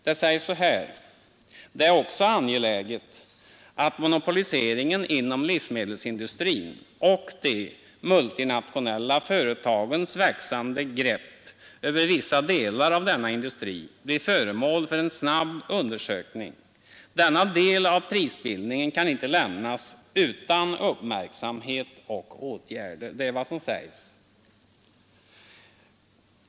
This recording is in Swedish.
Där sägs följande: ”Det är också angeläget att monopoliseringen inom livsmedelsindustrin och de multinationella företagens växande grepp över vissa delar av denna industri blir föremål för en snabb undersökning. Denna del av prisbildningen kan inte lämnas utan uppmärksamhet och åtgärder.” Det är vad som sägs i yttrandet.